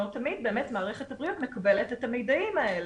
לא תמיד באמת מערכת הבריאות מקבלת את המידעים האלה.